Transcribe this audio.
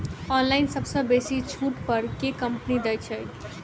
Online सबसँ बेसी छुट पर केँ कंपनी दइ छै?